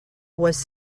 was